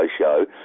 show